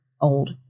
old